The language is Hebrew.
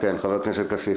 כן, חבר הכנסת כסיף.